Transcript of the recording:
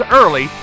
early